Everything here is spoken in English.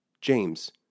James